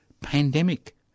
pandemic